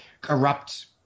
corrupt